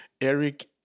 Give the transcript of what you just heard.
Eric